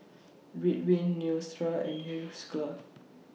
Ridwind Neostrata and Hiruscar